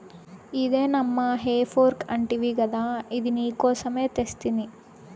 ఇదే నమ్మా హే ఫోర్క్ అంటివి గదా అది నీకోసమే తెస్తిని